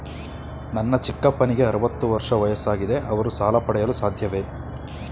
ನನ್ನ ಚಿಕ್ಕಪ್ಪನಿಗೆ ಅರವತ್ತು ವರ್ಷ ವಯಸ್ಸಾಗಿದೆ ಅವರು ಸಾಲ ಪಡೆಯಲು ಸಾಧ್ಯವೇ?